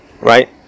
right